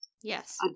Yes